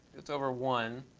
it's over one,